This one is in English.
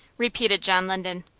repeated john linden.